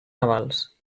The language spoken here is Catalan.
navals